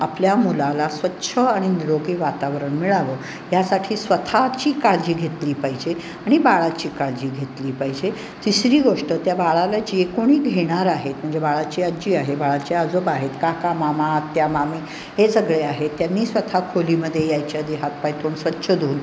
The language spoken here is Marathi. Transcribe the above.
आपल्या मुलाला स्वच्छ आणि निरोगी वातावरण मिळावं यासाठी स्वतःची काळजी घेतली पाहिजे आणि बाळाची काळजी घेतली पाहिजे तिसरी गोष्ट त्या बाळाला जे कोणी घेणार आहेत म्हणजे बाळाची आजी आहे बाळाचे आजोबा आहेत काका मामा आत्या मामी हे सगळे आहेत त्यांनी स्वतः खोलीमध्ये यायच्या आधी हात पाय धुऊन स्वच्छ धुऊन